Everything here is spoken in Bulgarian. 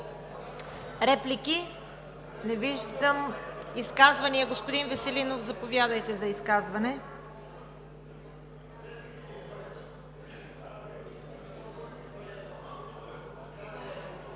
Реплики? Не виждам. Други изказвания? Господин Кирилов, заповядайте за изказване.